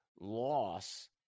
loss